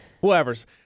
whoever's